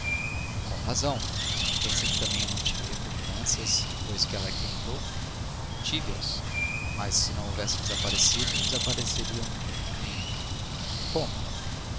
e com razão pensa que também eu não tive repugnâncias depois que ela aqui entrou tive as mas se não houvessem desaparecido desapareceriam hoje de manhã como